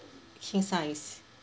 king size